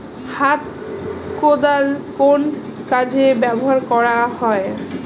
হাত কোদাল কোন কাজে ব্যবহার করা হয়?